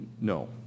no